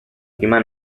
prima